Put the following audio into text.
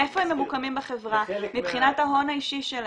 איפה הם ממוקמים בחברה מבחינת ההון האישי שלהם?